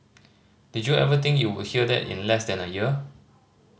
did you ever think you would hear that in less than a year